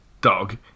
dog